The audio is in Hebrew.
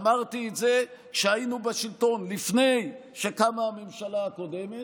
אמרתי את זה כשהיינו בשלטון לפני שקמה הממשלה הקודמת,